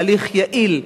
בהליך יעיל,